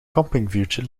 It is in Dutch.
kampingvuurtje